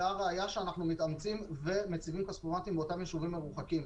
והראיה לכך היא שאנחנו מתאמצים ומציבים כספומטים באותם יישובים מרוחקים.